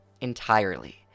entirely